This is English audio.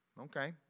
Okay